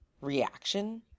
reaction